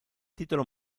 titolo